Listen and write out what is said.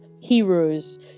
Heroes